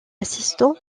assistant